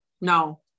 No